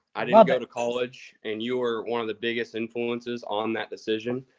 i didn't go to college, and you were one of the biggest influencers on that decision.